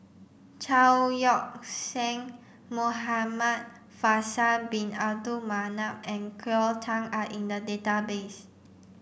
Chao Yoke San Muhamad Faisal bin Abdul Manap and Cleo Thang are in the database